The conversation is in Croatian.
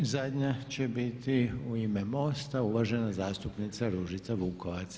I zadnja će biti u ime MOST-a uvažena zastupnica Ružica Vukovac.